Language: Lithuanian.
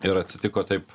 ir atsitiko taip